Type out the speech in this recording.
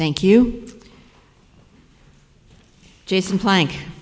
thank you jason plank